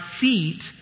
feet